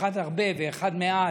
אחד גדול ואחד מעט,